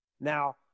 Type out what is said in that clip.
Now